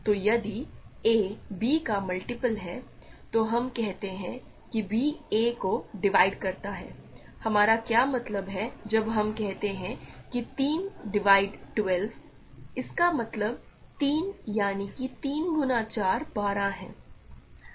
तो यदि a b का मल्टीपल है तो हम कहते हैं कि b a को डिवाइड करता है हमारा क्या मतलब है जब हम कहते हैं कि 3 डिवाइड 12 इसका मतलब है 3 यानी कि 3 गुना 4 12 है